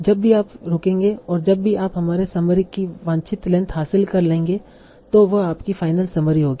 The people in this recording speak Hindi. जब भी आप रुकेंगे और जब भी आप हमारे समरी की वांछित लेंथ हासिल कर लेंगे तो वह आपकी फाइनल समरी होगी